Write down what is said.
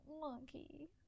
monkey